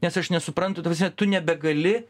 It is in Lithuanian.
nes aš nesuprantu ta prasme tu nebegali